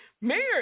Mayor